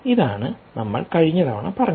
ഇതാണ് നമ്മൾ കഴിഞ്ഞ തവണ പറഞ്ഞത്